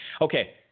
Okay